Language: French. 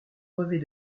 brevet